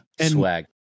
Swag